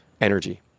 energy